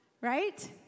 right